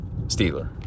Steeler